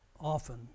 often